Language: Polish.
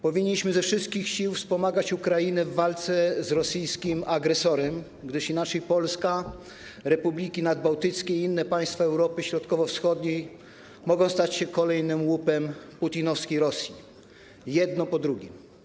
Powinniśmy ze wszystkich sił wspomagać Ukrainę w walce z rosyjskim agresorem, gdyż inaczej Polska, republiki nadbałtyckie i inne państwa Europy Środkowo-Wschodniej mogą stać się kolejnym łupem putinowskiej Rosji, jedno po drugim.